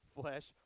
flesh